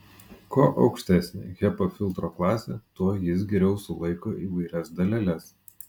kuo aukštesnė hepa filtro klasė tuo jis geriau sulaiko įvairias daleles